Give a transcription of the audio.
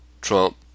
Trump